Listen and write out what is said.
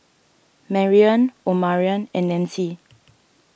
Marrion Omarion and Nanci